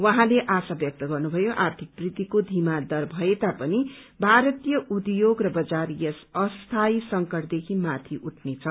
उहाँले आशा व्यक्त गर्नुभयो आर्थिक वृद्धिको धीमा दर भए तापनि भारतीय उद्योग र बजार यस अस्थायी संकटदेखिमाथि उठनेछ